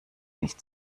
nicht